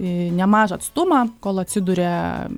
nemažą atstumą kol atsiduria